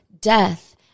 death